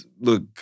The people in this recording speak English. look